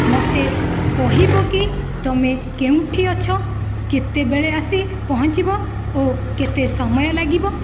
ମୋତେ କହିବ କି ତମେ କେଉଁଠି ଅଛ କେତେବେଳେ ଆସି ପହଞ୍ଚିବ ଓ କେତେ ସମୟ ଲାଗିବ